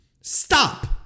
Stop